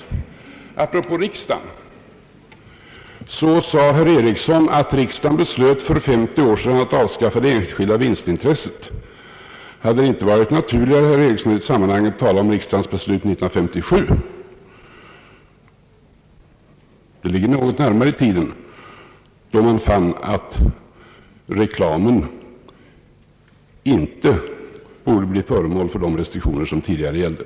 Apropå riksdagen sade herr Ericsson, att riksdagen för 50 år sedan beslöt att avskaffa det enskilda vinstintresset. Hade det inte varit naturligare om herr Ericsson i detta sammanhang hade talat om riksdagens beslut 1957 — det ligger något närmare i tiden — då man fann att reklamen inte borde bli föremål för de restriktioner som tidigare gällde?